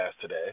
today